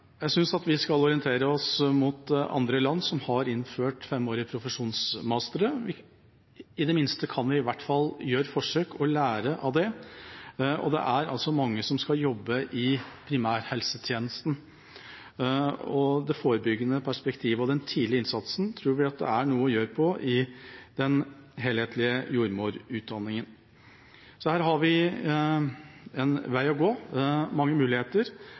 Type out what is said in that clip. Jeg synes at vi skal orientere oss mot land som har innført femårige profesjonsmastere. I det minste kan vi gjøre et forsøk og lære av det. Det er altså mange som skal jobbe i primærhelsetjenesten, og det forebyggende perspektivet og den tidlige innsatsen tror vi er noe å ta med i den helhetlige jordmorutdanninga. Så her har vi en vei å gå, mange muligheter.